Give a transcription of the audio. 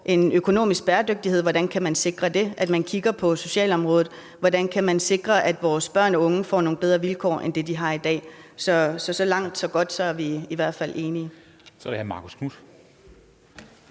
en økonomisk bæredygtighed og på, hvordan man kan sikre det, og at man kigger på socialområdet og på, hvordan man kan sikre, at vores børn og unge får nogle bedre vilkår, end de har i dag. Så langt er vi i hvert fald enige. Kl. 20:03 Første